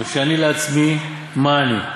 וכשאני לעצמי מה אני,